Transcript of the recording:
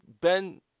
Ben